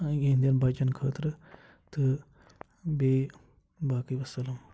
یِہِنٛدٮ۪ن بَچَن خٲطرٕ تہٕ بیٚیہِ باقٕے وَسَلام